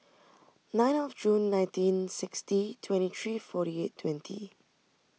nine of June nineteen sixty twenty three forty eight twenty